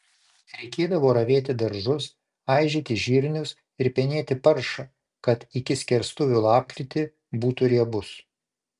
reikėdavo ravėti daržus aižyti žirnius ir penėti paršą kad iki skerstuvių lapkritį būtų riebus